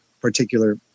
particular